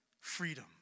Freedom